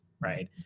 right